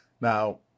Now